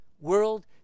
world